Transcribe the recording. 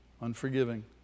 unforgiving